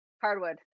hardwood